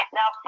Now